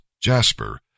jasper